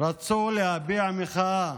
רצו להביע מחאה